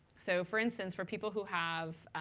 so for instance, for people who have,